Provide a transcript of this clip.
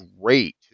great